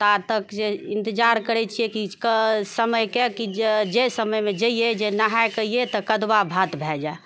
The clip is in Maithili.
ता तक जे इन्तजार करै छिऐ कि समयके कि जे समयमे जइये कि नहाएके अइऐ तऽ कद्दुआ भात भए जाए